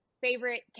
favorite